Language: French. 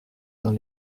dans